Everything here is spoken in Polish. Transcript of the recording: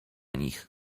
nich